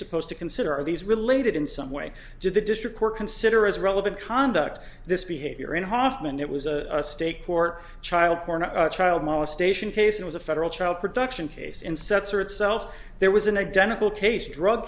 supposed to consider are these related in some way to the district court consider as relevant conduct this behavior in hoffman it was a state court child porn a child molestation case it was a federal child production case insets or itself there was an identical case drug